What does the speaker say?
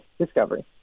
discovery